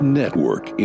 network